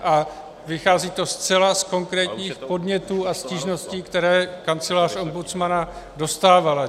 A vychází to ze zcela konkrétních podnětů a stížností, které kancelář ombudsmana dostávala.